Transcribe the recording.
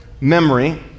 memory